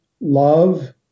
love